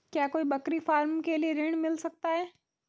क्या कोई बकरी फार्म के लिए ऋण मिल सकता है?